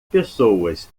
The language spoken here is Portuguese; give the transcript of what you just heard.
pessoas